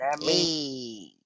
hey